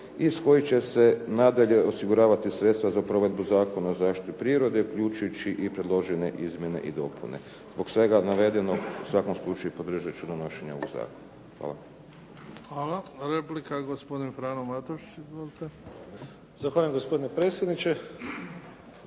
iz kojih će se nadalje osiguravati sredstva za provedbu Zakona o zaštiti prirode, uključujući i predložene izmjene i dopune. Zbog svega navedenog, u svakom slučaju podržat ću donošenje ovog zakona. Hvala. **Bebić, Luka (HDZ)** Hvala. Replika, gospodin Frano